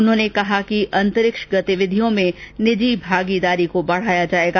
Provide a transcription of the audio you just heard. उन्होंने कहा कि अंतरिक्ष गतिविधियों में निजी भागीदारी को बढाया जाएगा